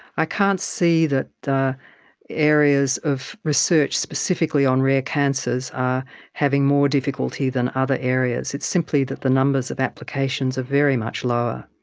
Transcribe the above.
i can't see that the areas of research specifically on rare cancers are having more difficulty than other areas, it's simply that the numbers of applications are very much lower.